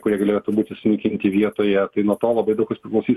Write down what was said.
kurie galėtų būti sunaikinti vietoje tai nuo to labai daug kas priklausys